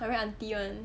I very aunty one